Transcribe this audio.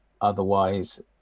Otherwise